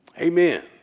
Amen